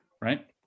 Right